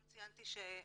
לא ציינתי שעולה,